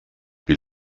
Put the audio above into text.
wie